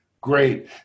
Great